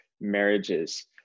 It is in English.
marriages